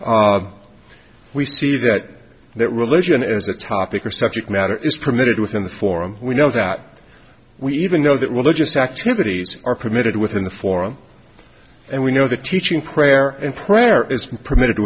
we see that that religion as a topic or subject matter is permitted within the forum we know that we even know that religious activities are permitted within the forum and we know the teaching prayer and prayer is permitted